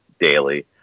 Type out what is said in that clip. daily